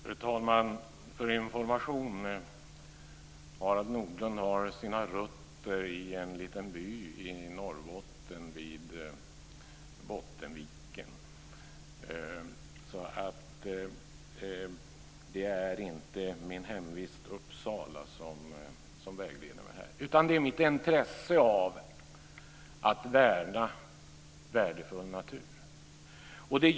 Fru talman! För allas information: Harald Nordlund har sina rötter i en liten by i Norrbotten vid Bottenviken. Det är inte mitt hemvist Uppsala som vägleder mig här utan det är mitt intresse av att värna värdefull natur.